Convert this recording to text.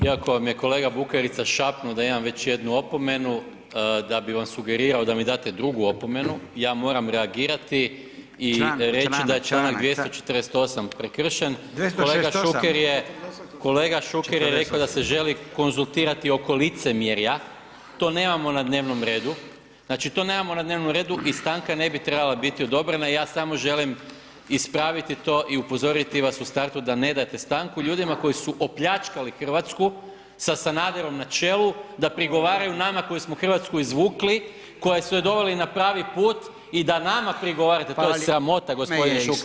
Iako vam je kolega Bukarica šapnuo da imam već jednu opomenu, da bi vam sugerirao da mi date drugu opomenu, ja moram reagirati i [[Upadica Radin: Članak, članak, članak.]] reći da je čl. 248. prekršen [[Upadica Radin: 248.]] Kolega Šuker je rekao da se želi konzultirati oko licemjerja, to nemamo na dnevnom redu, znači to nemamo na dnevnom redu i stanka ne bi trebala biti odobrena, ja samo želim ispraviti to i upozoriti vas u startu da ne date stanku ljudima koji su opljačkali Hrvatsku sa Sanaderom na čelu da prigovaraju nama koji smo Hrvatsku izvukli, koji su je doveli na pravi put i da nama prigovarate, to je sramota g. Šuker.